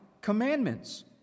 commandments